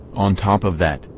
on top of that,